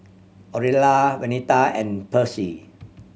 Orilla Venita and Percy